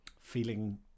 feeling